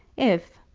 if,